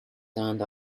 turned